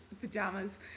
pajamas